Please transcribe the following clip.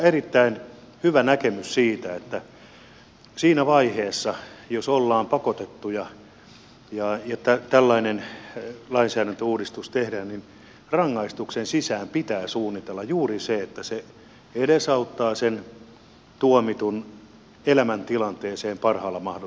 erittäin hyvä näkemys siitä että siinä vaiheessa jos ollaan pakotettuja ja tällainen lainsäädäntöuudistus tehdään niin rangaistuksen sisään pitää suunnitella juuri se että se edesauttaa sen tuomitun elämäntilannetta parhaalla mahdollisella tavalla